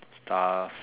stuff